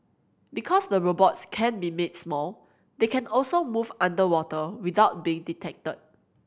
because the robots can be made small they can also move underwater without being detected